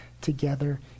together